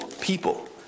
people